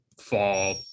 fall